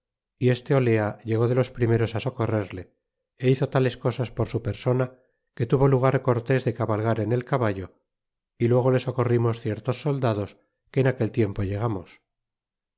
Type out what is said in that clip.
y este olea llegó de los primeros á socorrerle é hizo tales cosas por su persona que tuvo lugar cortés de cabalgar en el caballo y luego le socorrimos ciertos soldados que en aquel tiempo llegamos